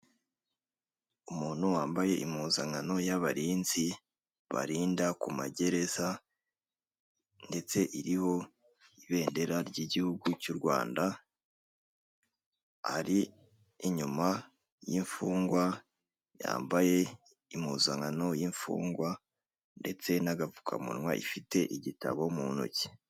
Umuntu wambaye impuzankano y'abarinzi barinda ku magereza ndetse iriho ibendera ry'igihugu cy'u Rwanda, ari inyuma y'imfungwa yambaye impuzankano y'imfungwa ndetse n'agapfukamunwa ifite igitabo mu ntoki.